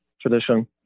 tradition